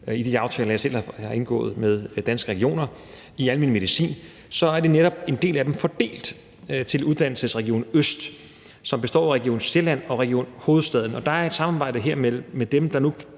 i de aftaler, jeg selv har indgået med Danske Regioner, så er en del af dem netop fordelt til Videreuddannelsesregion Øst, som består af Region Sjælland og Region Hovedstaden. Der er et samarbejde mellem dem,